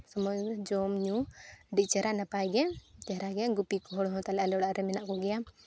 ᱥᱚᱢᱚᱭ ᱨᱮ ᱡᱚᱢ ᱧᱩ ᱟᱹᱰᱤ ᱪᱮᱦᱨᱟ ᱱᱟᱯᱟᱭ ᱜᱮ ᱪᱮᱦᱨᱟᱜᱮ ᱜᱩᱯᱤ ᱠᱚ ᱦᱚᱲ ᱦᱚᱸ ᱛᱟᱞᱮ ᱟᱞᱮ ᱚᱲᱟᱜ ᱨᱮ ᱢᱮᱱᱟᱜ ᱠᱚᱜᱮᱭᱟ